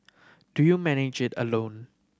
do you manage it alone